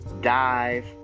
dive